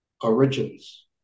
origins